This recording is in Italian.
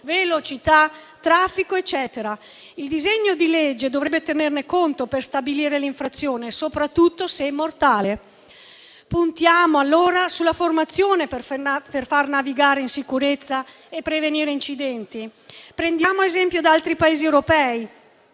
velocità, traffico e quant'altro). Il disegno di legge dovrebbe tenerne conto per stabilire l'infrazione, soprattutto se mortale. Puntiamo allora sulla formazione per far navigare in sicurezza e prevenire incidenti. Prendiamo esempio da altri Paesi europei,